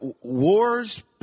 wars